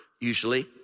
usually